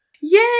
Yay